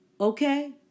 Okay